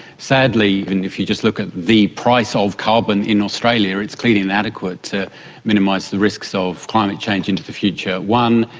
sadly, if you just look at the price of carbon in australia, it is clearly inadequate to minimise the risks of climate change into the future. one,